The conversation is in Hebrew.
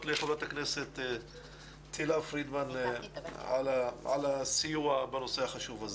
לחברת הכנסת תהלה פרידמן על הסיוע בנושא החשוב הזה.